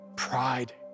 Pride